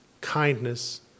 kindness